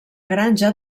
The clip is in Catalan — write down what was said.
granja